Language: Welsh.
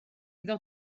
iddo